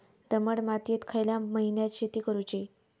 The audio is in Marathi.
दमट मातयेत खयल्या महिन्यात शेती करुची?